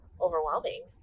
overwhelming